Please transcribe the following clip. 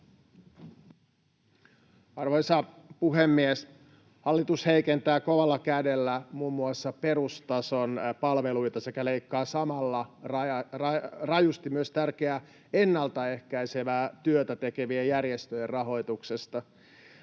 Arvoisa puhemies! Hallitus heikentää kovalla kädellä muun muassa perustason palveluita sekä leikkaa samalla rajusti myös tärkeää ennaltaehkäisevää työtä tekevien järjestöjen rahoituksesta.